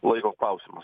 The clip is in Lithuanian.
laiko klausimas